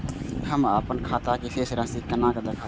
हम अपन खाता के शेष राशि केना देखब?